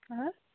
হা হা